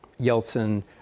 Yeltsin